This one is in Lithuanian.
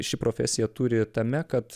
ši profesija turi tame kad